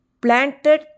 planted